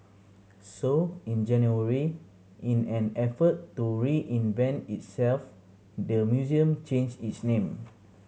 so in January in an effort to reinvent itself the museum changed its name